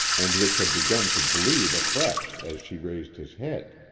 and which had begun to bleed afresh as she raised his head.